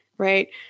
Right